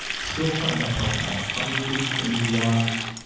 still signed up right now. how many did, and you lost?